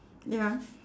ya